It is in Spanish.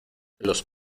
los